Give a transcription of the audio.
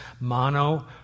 Mono